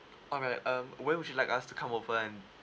alright um when would you like us to come over and